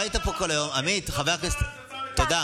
אתה לא היית פה כל היום, עמית, חבר הכנסת, תודה.